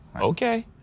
okay